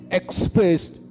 expressed